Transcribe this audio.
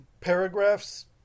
paragraphs